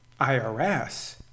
IRS